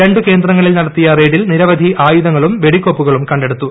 രണ്ടു കേന്ദ്രങ്ങളിൽ നടത്തിയ റെയ്ഡിൽ നിരവധി ആയുധങ്ങളും വെടി ക്കോപ്പുകളും കണ്ടെടുത്തു